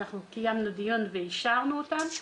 קיימנו דיון ואישרנו אותה.